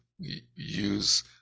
use